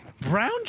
Brown